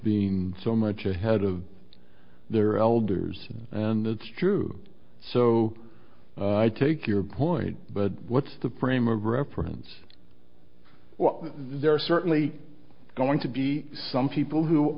being so much ahead of their elders and that's true so i take your point but what's the frame of reference well there are certainly going to be some people who